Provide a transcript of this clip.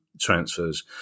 transfers